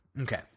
Okay